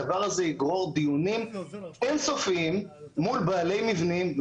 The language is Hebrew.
הדבר הזה יגרור דיונים אין-סופיים מול בעלי מבנים,